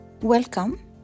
welcome